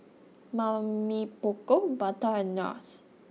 Mamy Poko Bata and Nars